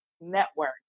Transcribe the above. network